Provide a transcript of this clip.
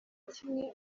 kimwe